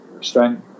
strength